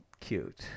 cute